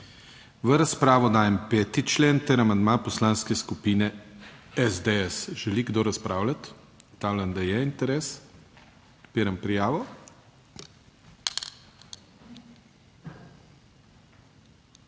V razpravo dajem 5. člen ter amandma Poslanske skupine SDS. Želi kdo razpravljati? Ugotavljam, da je interes. Odpiram prijavo.